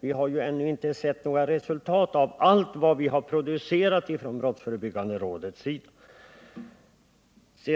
Vi har ännu inte sett några resultat av allt det som vi har producerat från brottsförebyggande rådet.